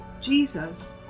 Jesus